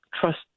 trust